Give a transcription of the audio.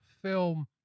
film